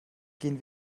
gehen